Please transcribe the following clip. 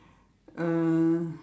uh